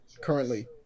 currently